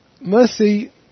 mercy